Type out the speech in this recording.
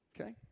Okay